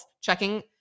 checking